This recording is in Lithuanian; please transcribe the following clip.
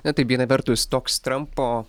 na tai viena vertus toks trampo